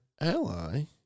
ally